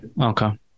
okay